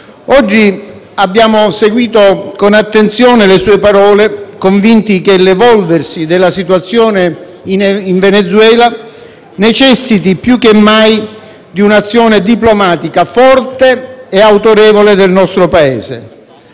Oggi abbiamo seguito con attenzione le sue parole, convinti che l'evolversi della situazione in Venezuela necessiti più che mai di un'azione diplomatica forte e autorevole del nostro Paese.